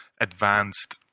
advanced